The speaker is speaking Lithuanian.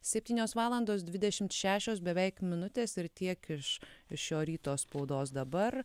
septynios valandos dvidešimt šešios beveik minutės ir tiek iš iš šio ryto spaudos dabar